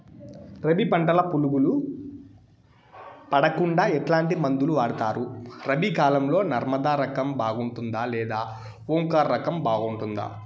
రబి పంటల పులుగులు పడకుండా ఎట్లాంటి మందులు వాడుతారు? రబీ కాలం లో నర్మదా రకం బాగుంటుందా లేదా ఓంకార్ రకం బాగుంటుందా?